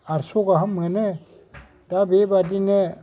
आरस' गाहाम मोनो दा बेबादिनो